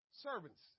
servants